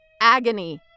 agony